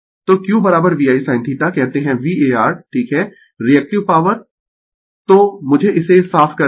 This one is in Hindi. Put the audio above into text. तो Q VI sin θ कहते है VAr ठीक है रीएक्टिव पॉवर तो मुझे इसे साफ करने दें